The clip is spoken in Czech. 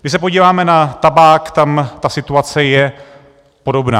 Když se podíváme na tabák, tak tam ta situace je podobná.